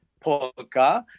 polka